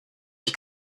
ich